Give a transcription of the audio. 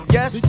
Yes